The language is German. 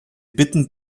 bitten